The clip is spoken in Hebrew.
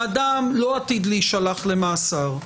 האדם לא עתיד להישלח למאסר,